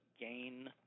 gain